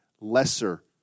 lesser